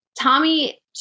Tommy